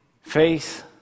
faith